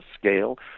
scale